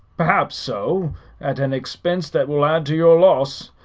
perhaps so at an expense that will add to your loss.